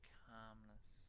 calmness